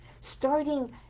Starting